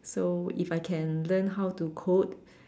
so if I can learn how to code